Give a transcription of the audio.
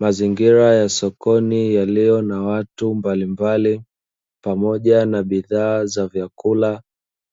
Mazingira ya sokoni yaliyo na watu mbalimbali, pamoja na bidhaa za vyakula